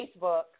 Facebook